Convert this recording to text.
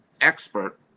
expert